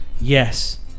Yes